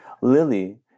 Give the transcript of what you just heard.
Lily